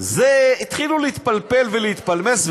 התחילו להתפלפל ולהתפלמס,